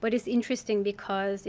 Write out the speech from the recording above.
but it's interesting because